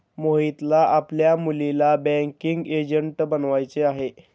मोहितला आपल्या मुलीला बँकिंग एजंट बनवायचे आहे